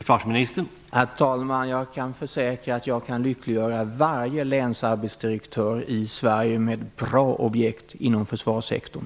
Herr talman! Jag skall försäkra att jag kan lyck liggöra varje länsarbetsdirektör i Sverige med bra objekt inom försvarssektorn.